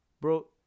Bro